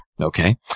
Okay